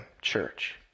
church